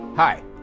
Hi